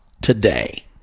today